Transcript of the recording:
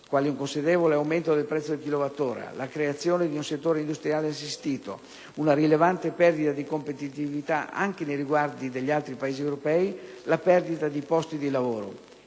quali un considerevole aumento del prezzo del chilowattora, la creazione di un settore industriale assistito, una rilevante perdita di competitività, anche nei riguardi degli altri Paesi europei, la perdita dì posti di lavoro.